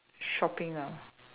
shopping ah